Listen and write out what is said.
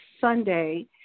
Sunday